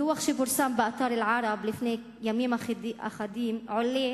מדוח שפורסם באתר "אל-ערב" לפני ימים אחדים עולה